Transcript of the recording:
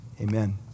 amen